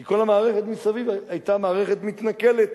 כי כל המערכת מסביב היתה מערכת מתנכלת,